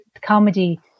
comedy